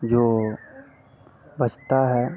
जो बचता है